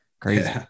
Crazy